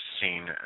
Seen